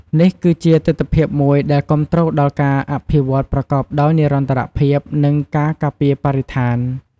នេះគឺជាទិដ្ឋភាពមួយដែលគាំទ្រដល់ការអភិវឌ្ឍប្រកបដោយនិរន្តរភាព និងការការពារបរិស្ថាន។